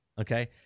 Okay